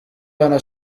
abana